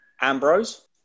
Ambrose